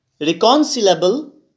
reconcilable